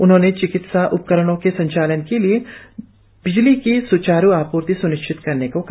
उन्होंने चिकित्सा उपकरणों के संचालन के लिए बिजली की सुचारू आपूर्ति सुनिश्चित करने को कहा